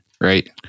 right